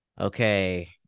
okay